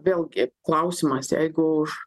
vėlgi klausimas jeigu už